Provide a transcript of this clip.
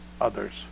others